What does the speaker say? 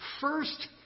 first